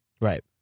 Right